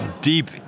deep